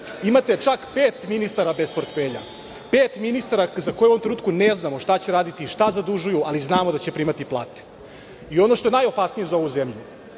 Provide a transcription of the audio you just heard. čak pet ministara bez portfelja, pet ministara za koje u ovom trenutku ne znamo šta će raditi i šta zadužuju, ali znamo da će primati plate. Ono što je najopasnije za ovu zemlju,